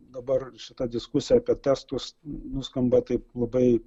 dabar šita diskusija apie testus nuskamba taip labai